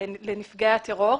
לנפגעי הטרור.